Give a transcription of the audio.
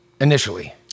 initially